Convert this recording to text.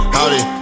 Howdy